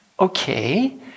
okay